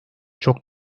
çok